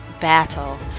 battle